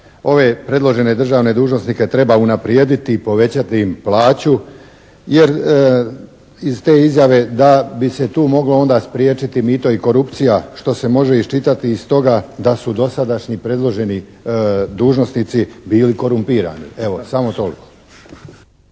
ove predložene državne dužnosnike treba unaprijediti, povećati im plaću, jer iz te izjave da bi se tu onda moglo spriječiti mito i korupcija, što se može iščitati iz toga da su dosadašnji predloženi dužnosnici bili korumpirani. Evo, samo toliko.